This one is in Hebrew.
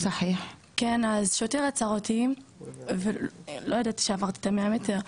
אז שוטר עצר אותי ולא ידעתי שעברתי את ה-100 מטר,